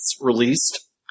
released